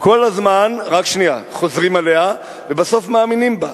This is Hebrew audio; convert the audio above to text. כל הזמן חוזרים עליה, ובסוף מאמינים בה.